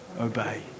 obey